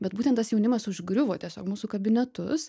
bet būtent tas jaunimas užgriuvo tiesiog mūsų kabinetus